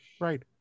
Right